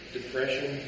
depression